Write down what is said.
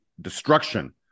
destruction